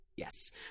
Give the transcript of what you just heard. Yes